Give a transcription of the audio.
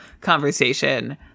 conversation